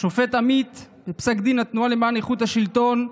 השופט עמית, בפסק דין התנועה למען איכות השלטון,